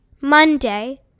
Monday